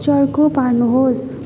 चर्को पार्नुहोस्